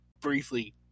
briefly